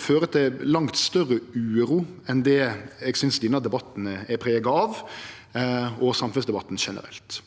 føre til langt større uro enn det eg synest denne debatten, og samfunnsdebatten generelt,